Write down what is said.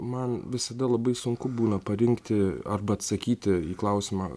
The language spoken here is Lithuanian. man visada labai sunku būna parinkti arba atsakyti į klausimą